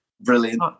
Brilliant